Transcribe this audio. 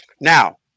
Now